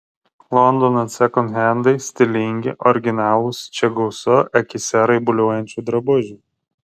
londono sekonhendai stilingi originalūs čia gausu akyse raibuliuojančių drabužių